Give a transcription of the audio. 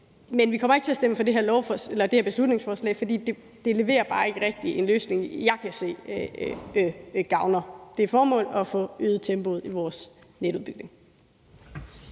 men vi kommer ikke til at stemme for det her beslutningsforslag, for det leverer bare ikke rigtig en løsning, som jeg kan se gavner det formål at få øget tempoet i vores netudbygning.